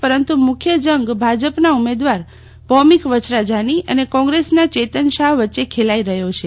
પરંતુ મુખ્ય જંગ ભાજપના ઉમેદવાર ભૌમિક વચ્છરાજાની અને કોગ્રેસના ચેતન શાહ વચ્ચે ખેલાઈ રહ્યો છે